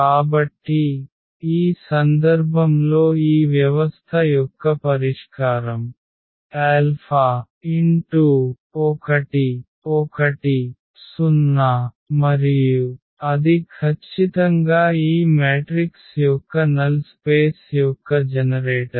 కాబట్టి ఈ సందర్భంలో ఈ వ్యవస్థ యొక్క పరిష్కారం 1 1 0 మరియు అది ఖచ్చితంగా ఈ మ్యాట్రిక్స్ యొక్క నల్ స్పేస్ యొక్క జనరేటర్